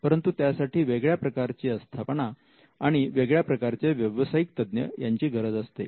परंतु त्यासाठी वेगळ्या प्रकारची आस्थापना आणि वेगळ्या प्रकारचे व्यवसायिक तज्ञ यांची गरज असते